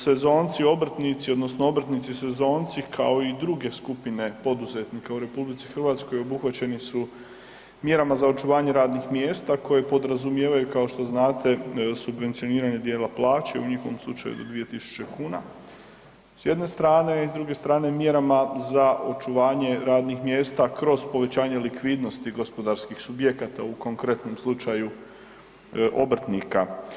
Sezonci obrtnici odnosno obrtnici sezonci kao i druge skupine poduzetnika u RH obuhvaćeni su mjerama za očuvanje radnih mjesta koje podrazumijevaju kao što znate, subvencioniranje dijela plaće, u njihovom slučaju do 2.000 kuna s jedne strane i s druge strane mjerama za očuvanje radnih mjesta kroz povećanje likvidnosti gospodarskih subjekata, u konkretnom slučaju obrtnika.